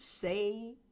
say